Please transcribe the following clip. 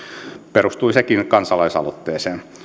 perustui sekin kansalaisaloitteeseen